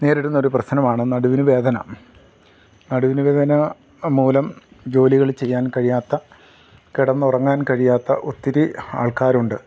നേരിടുന്ന ഒരു പ്രശ്നമാണ് നടുവിന് വേദന നടുവിന് വേദന മൂലം ജോലികൾ ചെയ്യാൻ കഴിയാത്ത കിടന്നുറങ്ങാൻ കഴിയാത്ത ഒത്തിരി ആൾക്കാരുണ്ട്